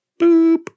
boop